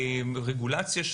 רגולציה.